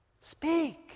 speak